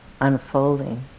unfolding